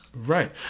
Right